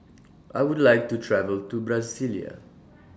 I Would like to travel to Brasilia